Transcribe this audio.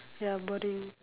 ya boring